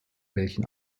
welchen